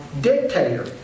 dictator